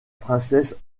princesse